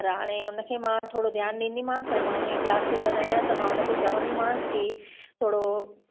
पर हाणे उनखे मां थोरो ध्यानु ॾींदीमास ऐं मां उनजी क्लास टीचर आहियां त मां उनखे चवंदीमास की थोरो